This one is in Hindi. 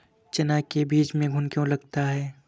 चना के बीज में घुन क्यो लगता है?